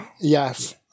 Yes